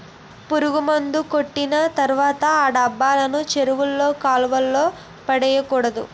పురుగుమందు కొట్టిన తర్వాత ఆ డబ్బాలను చెరువుల్లో కాలువల్లో పడేకూడదు